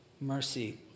mercy